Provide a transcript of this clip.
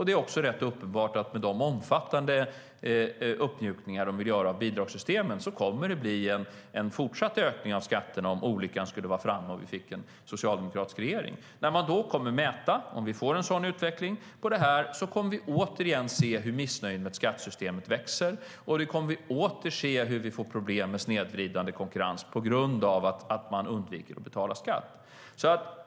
Det är också ganska uppenbart att de omfattande uppmjukningar de vill göra av bidragssystemet kommer att leda till en fortsatt ökning av skatterna, om olyckan skulle vara framme och vi fick en socialdemokratisk regering. Om vi får en sådan utveckling och man då mäter detta kommer vi återigen att se hur missnöjet med skattesystemet växer, och vi kommer återigen att se hur vi får problem med snedvridande konkurrens på grund av att man undviker att betala skatt.